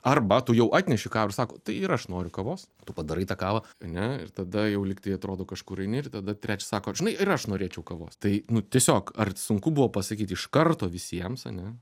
arba tu jau atneši kavą ir sako tai ir aš noriu kavos tu padarai tą kavą ane ir tada jau lyg tai atrodo kažkur eini ir tada trečias sako žinai ir aš norėčiau kavos tai nu tiesiog ar sunku buvo pasakyti iš karto visiems ane